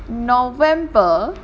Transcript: november